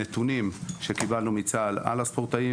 נתונים שקיבלנו מצה"ל על אודות הספורטאים